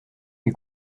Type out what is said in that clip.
lui